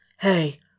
Hey